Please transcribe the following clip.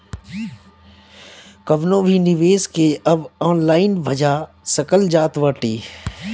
कवनो भी निवेश के अब ऑनलाइन भजा सकल जात बाटे